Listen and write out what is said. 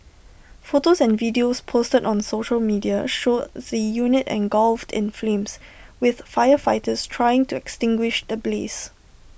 photos and videos posted on social media showed the unit engulfed in flames with firefighters trying to extinguish the blaze